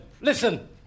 Listen